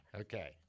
Okay